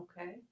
Okay